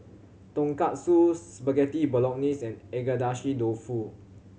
Tonkatsu Spaghetti Bolognese and Agedashi Dofu